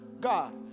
God